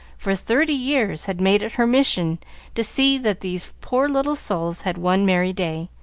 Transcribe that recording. for thirty years, had made it her mission to see that these poor little souls had one merry day.